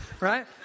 right